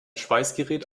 schweißgerät